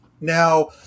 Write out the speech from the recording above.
Now